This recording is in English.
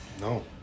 No